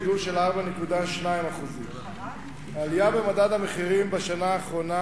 גידול של 4.2%. העלייה במדד המחירים בשנה האחרונה